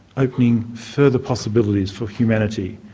opening further possibilities for humanity.